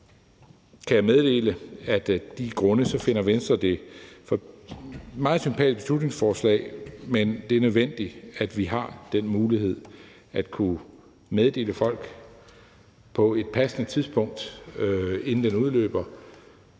jeg meddele, at af de grunde finder Venstre det et meget sympatisk beslutningsforslag, men det er nødvendigt, at vi har den mulighed at kunne meddele folk, hvordan deres stilling er,